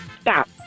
Stop